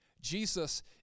Jesus